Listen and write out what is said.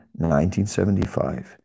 1975